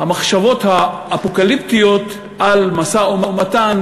המחשבות האפוקליפטיות על משא-ומתן,